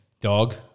Dog